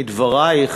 מדברייך,